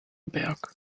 berg